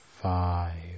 five